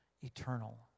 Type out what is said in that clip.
eternal